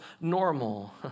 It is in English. normal